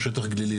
הוא שטח גלילי,